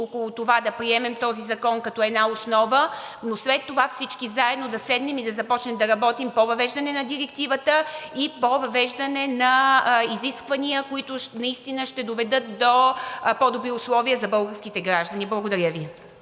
около това да приемем този закон като една основа, но след това всички заедно да седнем и да започнем да работим по въвеждане на Директивата и по въвеждане на изисквания, които наистина ще доведат до по-добри условия за българските граждани. Благодаря Ви.